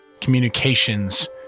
communications